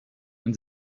and